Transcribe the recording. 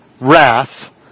wrath